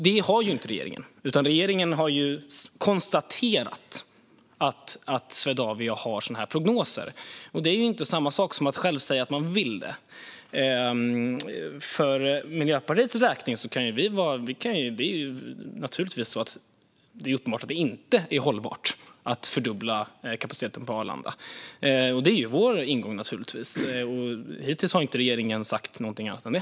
Det har regeringen inte gjort, utan regeringen har konstaterat att Swedavia har sådana prognoser. Det är inte samma sak som att själv säga att man vill det. För Miljöpartiet är det uppenbart att det inte är hållbart att fördubbla kapaciteten på Arlanda. Det är naturligtvis vår ingång. Hittills har inte regeringen sagt någonting annat än det.